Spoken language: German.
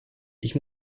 ich